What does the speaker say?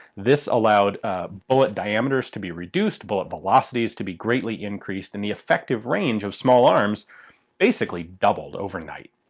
this allowed bullet diameters to be reduced, bullet velocities to be greatly increased, and the effective range of small arms basically doubled overnight.